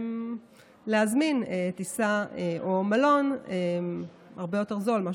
להזמין טיסה או מלון הרבה יותר זולים,